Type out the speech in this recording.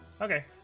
okay